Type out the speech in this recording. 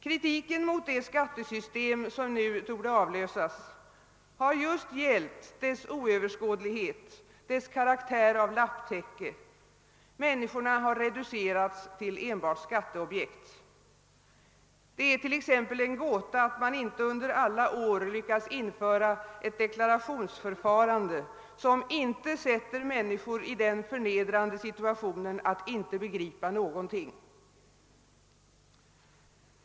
Kritiken mot det skattesystem som nu torde avlösas har just gällt dess oöverskådlighet, dess karaktär av lapptäcke — människorna har reducerats till enbart skatteobjekt. Det är t.ex. en gåta att man inte under alla år lyckats införa ett deklarationsförfarande som inte sätter människor i den förnedran de situationen att inte begripa någonting.